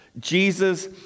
Jesus